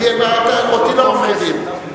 אותי לא מפחידים.